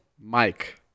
Mike